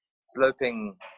sloping